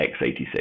x86